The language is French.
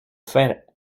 fer